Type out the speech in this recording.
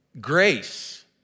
grace